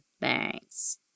Thanks